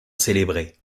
célébrées